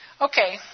Okay